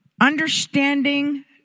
understanding